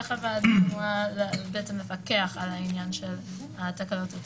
איך הוועדה אמורה לפקח על העניין של התקלות הטכניות.